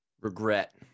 regret